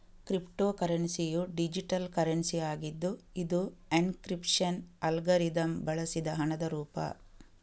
crypto ಕರೆನ್ಸಿಯು digital currency ಆಗಿದ್ದು ಇದು ಎನ್ಕ್ರಿಪ್ಶನ್ ಅಲ್ಗಾರಿದಮ್ ಬಳಸಿದ ಹಣದ ರೂಪ